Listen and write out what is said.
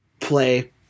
play